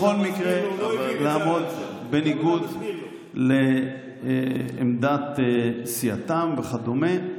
לעמוד בניגוד לעמדת סיעתם וכדומה.